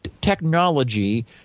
technology